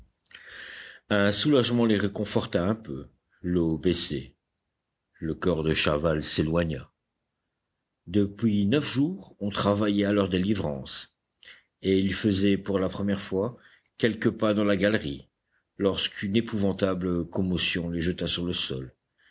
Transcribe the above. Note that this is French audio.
un soulagement les réconforta un peu l'eau baissait le corps de chaval s'éloigna depuis neuf jours on travaillait à leur délivrance et ils faisaient pour la première fois quelques pas dans la galerie lorsqu'une épouvantable commotion les jeta sur le sol